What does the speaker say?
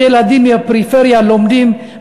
איך ילדים מהפריפריה לומדים,